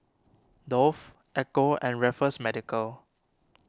Dove Ecco and Raffles Medical